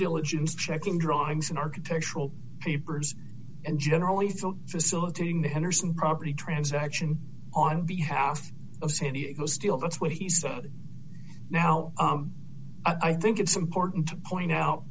diligence checking drawings and architectural peepers and generally still facilitating the henderson property transaction on behalf of san diego steel that's what he said now i think it's important to point out